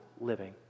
living